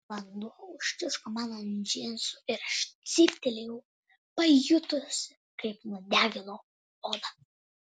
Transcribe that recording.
vanduo užtiško man ant džinsų ir aš cyptelėjau pajutusi kaip nudegino odą